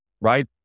right